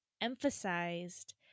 emphasized